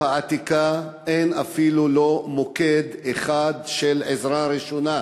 העתיקה אין אפילו מוקד אחד של עזרה ראשונה.